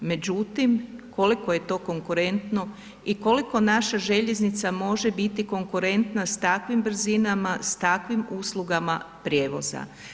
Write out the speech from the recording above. Međutim, koliko je to konkurentno i koliko naša željeznica može biti konkurentna s takvim brzinama, s takvim uslugama prijevoza?